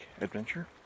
Adventure